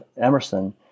Emerson